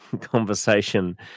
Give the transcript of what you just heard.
conversation